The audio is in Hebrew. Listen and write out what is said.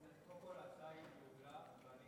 קודם כול, ההצעה מעולה.